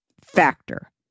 Factor